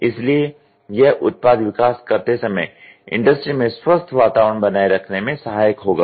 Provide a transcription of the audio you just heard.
इसलिए यह उत्पाद विकास करते समय इंडस्ट्री में स्वस्थ वातावरण बनाए रखने में सहायक होगा